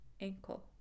ankle